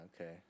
Okay